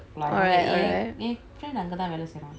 really the truffle fries nice or not